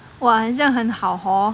!wah! 很像很好 hor